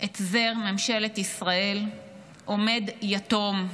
את זר ממשלת ישראל עומד יתום.